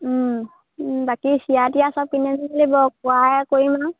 চিৰা তিৰা চব কিনি আনিব লাগিব কৰাই কৰিম আৰু